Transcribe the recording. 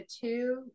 two